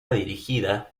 dirigida